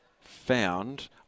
found